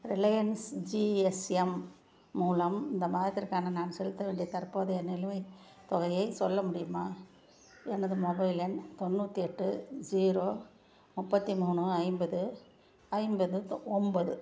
Reliance GSM மூலம் இந்த மாதத்திற்கான நான் செலுத்த வேண்டிய தற்போதைய நிலுவைத் தொகையை சொல்ல முடியுமா எனது மொபைல் எண் தொண்ணூற்றி எட்டு ஜீரோ முப்பத்தி மூணு ஐம்பது ஐம்பது ஒம்பது